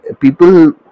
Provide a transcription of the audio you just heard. people